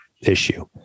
issue